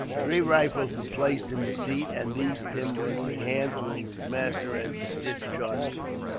three rifles were placed in the seat, and these tim was to hand to his master, as he discharged them.